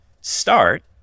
start